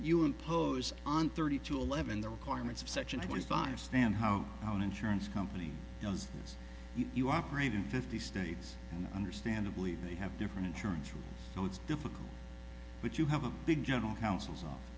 you impose on thirty two eleven the requirements of such a twenty five stand home own insurance company you operate in fifty states and understandably they have different insurance so it's difficult but you have a big general counsel's